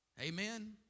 Amen